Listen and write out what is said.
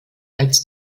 als